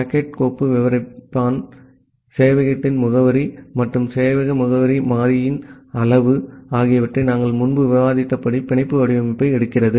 socket கோப்பு விவரிப்பான் சேவையகத்தின் முகவரி மற்றும் சேவையக முகவரி மாறியின் அளவு ஆகியவற்றை நாங்கள் முன்பு விவாதித்தபடி பிணைப்பு வடிவமைப்பை எடுக்கிறது